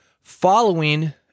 following